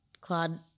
Claude